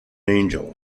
angel